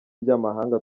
by’amahanga